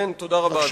כן, תודה רבה, אדוני.